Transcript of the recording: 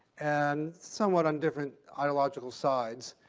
and somewhat on different ideological sides.